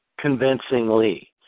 convincingly